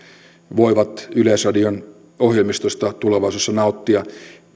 voivat yleisradion ohjelmistosta tulevaisuudessa nauttia